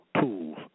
tools